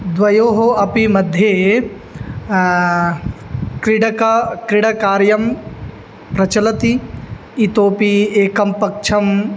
द्वयोः अपि मध्ये क्रीडका क्रीडकार्यं प्रचलति इतोऽपि एकं पक्षं